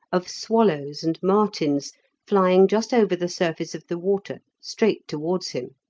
of swallows and martins flying just over the surface of the water straight towards him.